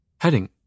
Heading